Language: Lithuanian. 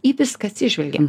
į viską atsižvelgė